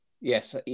Yes